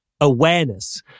awareness